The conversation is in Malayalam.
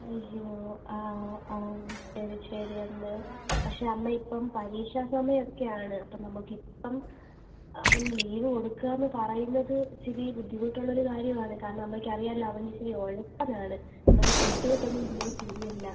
അയ്യോ ആ ആ ശരി ശരി അമ്മ പക്ഷേ അമ്മ ഇപ്പം പരീക്ഷ സമയൊക്കെയാണ് അപ്പം നമുക്കിപ്പം അവന് ലീവ് കൊടുക്കാന്ന് പറയുന്നത് ഇച്ചിരി ബുദ്ധിമുട്ടുള്ളൊരു കാര്യവാണ് കാരണമ്മക്കറിയാലോ അവനിച്ചിരി ഉഴപ്പനാണ് അവന് കൂട്ടുകെട്ടൊന്നും തീരെ ശരിയല്ല